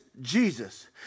Jesus